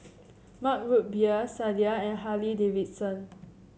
Mug Root Beer Sadia and Harley Davidson